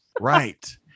right